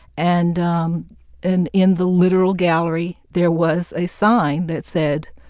and um and in the literal gallery there was a sign that said,